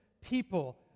people